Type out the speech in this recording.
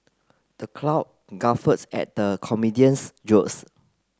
the crowd guffaws at the comedian's jokes